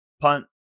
punt